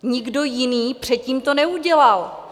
Nikdo jiný předtím to neudělal.